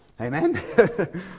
Amen